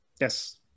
yes